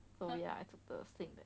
turn it up into the stake